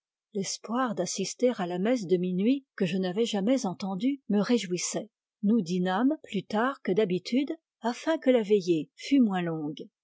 l'espoir d'assister à la messe de minuit que je n'avais jamais entendue me réjouissait nous dînâmes plus tard que d'habitude afin que la veillée fût moins longue